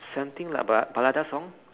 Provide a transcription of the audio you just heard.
something like ba~ balada song